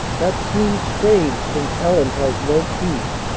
that seems strange since ellen has no key!